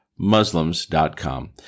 Muslims.com